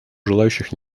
желающих